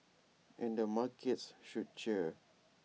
and the markets should cheer